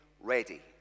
ready